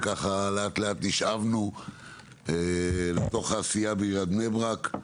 ולאט לאט נשאבנו לתוך העשייה בעיריית בני ברק.